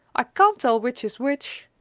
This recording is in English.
i can't tell which is which!